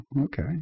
okay